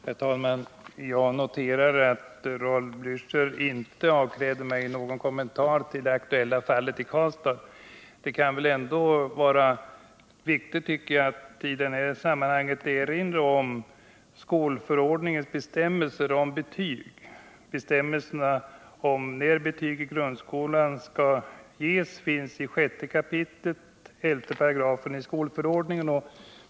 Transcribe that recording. Herr talman! Jag noterar att Raul Blächer inte avkräver mig någon kommentar till det aktuella fallet i Karlstad, men det kan ändå vara viktigt att i det här sammanhanget erinra om skolförordningens bestämmelser om betyg. Bestämmelserna om när betyg i grundskolan skall ges finns i 6 kap. 11 § i skolförordningen.